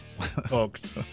folks